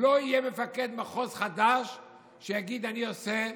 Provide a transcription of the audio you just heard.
לא יהיה מפקד מחוז חדש שיגיד: אני עושה,